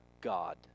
God